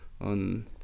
on